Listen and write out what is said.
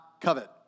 covet